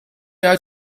uit